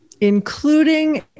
including